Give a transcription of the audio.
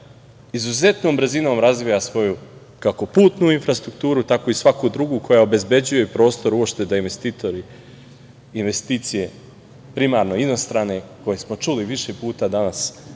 izuzetnom brzinom razvija svoju kako putnu infrastrukturu, tako i svaku drugu koja obezbeđuje prostor uopšte da investitori, investicije, primarno inostrane, koje smo čuli više puta danas